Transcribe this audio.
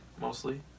mostly